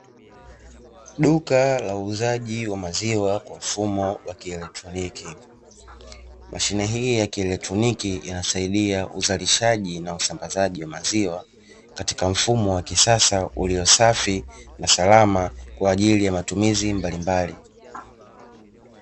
Duka la wauzaji wa maziwa kwa mfumo wa kieletroniki, mashine hii ya kieletroniki inasaidia uzalishaji na usambazaji wa maziwa, katika mfumo wa kisasa uliosafi na salama kwaajili ya matumizi mbalimbali.